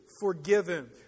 forgiven